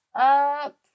up